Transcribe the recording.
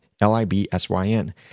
L-I-B-S-Y-N